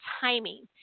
timing